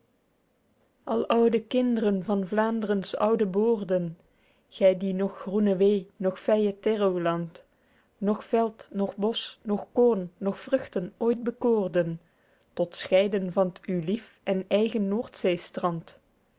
hem aloude kinderen van vlaendrens oude boorden gy die noch groene wee noch veije terruwland noch veld noch bosch noch koorn noch vruchten ooit bekoorden tot scheiden van t u lief en eigen noordzeestrand